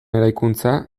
eraikuntza